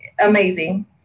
amazing